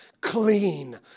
clean